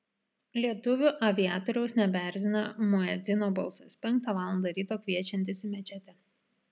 lietuvių aviatoriaus nebeerzina muedzino balsas penktą valandą ryto kviečiantis į mečetę